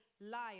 liar